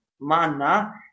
manna